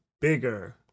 bigger